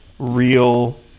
real